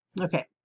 okay